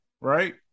right